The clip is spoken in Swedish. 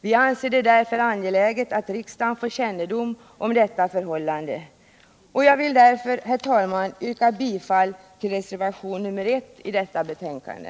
Vi anser det därför angeläget att riksdagen får kännedom om detta förhållande. Jag vill därför, herr talman, yrka bifall till reservationen 1 i detta betänkande.